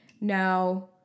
Now